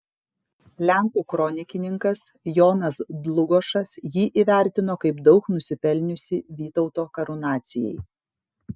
lenkų kronikininkas jonas dlugošas jį įvertino kaip daug nusipelniusį vytauto karūnacijai